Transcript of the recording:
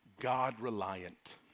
God-reliant